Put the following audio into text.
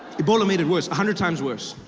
ebola made it worse, a hundred times worse.